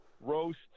Roast